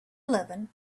eleven